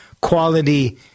Quality